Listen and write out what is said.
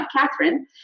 Catherine